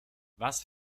was